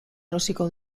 erosiko